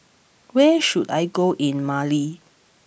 where should I go in Mali